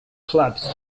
clubs